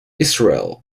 israel